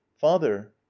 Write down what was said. father